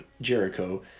Jericho